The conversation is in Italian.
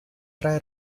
tre